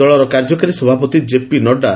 ଦଳର କାର୍ଯ୍ୟକାରୀ ସଭାପତି ଜେପି ନଡ଼ୁ